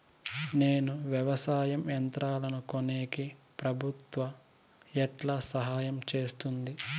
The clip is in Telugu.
నేను వ్యవసాయం యంత్రాలను కొనేకి ప్రభుత్వ ఎట్లా సహాయం చేస్తుంది?